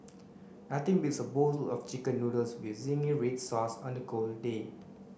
nothing beats a bowls of chicken noodles with zingy red sauce on a cold day